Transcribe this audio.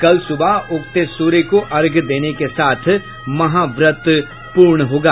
कल सुबह उगते सूर्य को अर्घ्य देने के साथ महा व्रत पूर्ण होगा